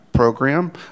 program